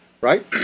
right